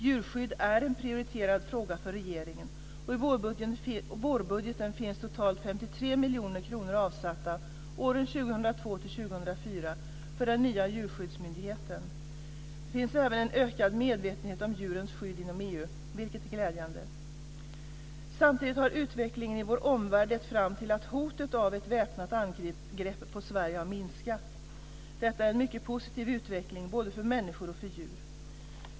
Djurskydd är en prioriterad fråga för regeringen, och i vårbudgeten finns totalt 53 miljoner kronor avsatta åren 2002-2004 för den nya djurskyddsmyndigheten. Det finns även en ökad medvetenhet om djurens skydd inom EU, vilket är glädjande. Samtidigt har utvecklingen i vår omvärld lett fram till att hotet av ett väpnat angrepp på Sverige har minskat. Detta är en mycket positiv utveckling både för människor och för djur.